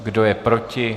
Kdo je proti?